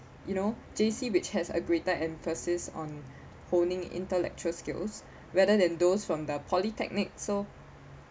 you know J_C which has a greater emphasis on holding intellectual skills rather than those from the polytechnic so